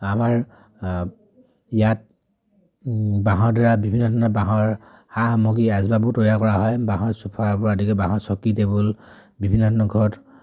আমাৰ ইয়াত বাঁহৰ দ্বাৰা বিভিন্ন ধৰণৰ বাঁহৰ সা সামগ্ৰী আচবাবো তৈয়াৰ কৰা হয় বাঁহৰ চোফাৰ পৰা আদিকে ধৰি বাঁহৰ চকী টেবুল বিভিন্ন ধৰণৰ ঘৰত